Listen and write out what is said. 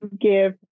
give